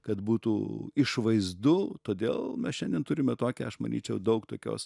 kad būtų išvaizdu todėl mes šiandien turime tokią aš manyčiau daug tokios